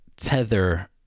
Tether